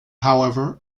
however